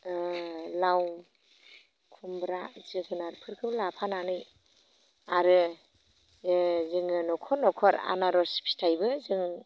ओ लाव खुमब्रा जोगोनारफोरखौ लाफानानै आरो ओ जोङो न'खर न'खर आनारस फिथाइबो जों